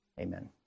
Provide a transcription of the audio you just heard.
Amen